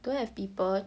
don't have people